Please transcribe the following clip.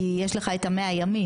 כי יש לך את ה- 100 ימים,